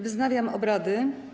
Wznawiam obrady.